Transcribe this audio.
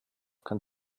kann